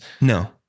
No